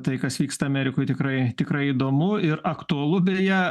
tai kas vyksta amerikoj tikrai tikrai įdomu ir aktualu beje